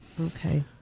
Okay